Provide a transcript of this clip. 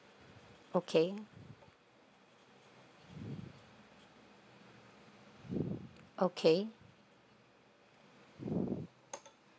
okay okay